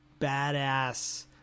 badass